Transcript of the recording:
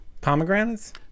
Pomegranates